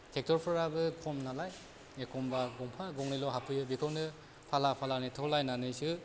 थेक्तरफोराबो खम नालाय एखम्बा गंफा गंनैल' हाबफैयो बेखौनो फाला फाला नेथ'लायनानैसो